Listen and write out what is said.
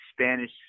Spanish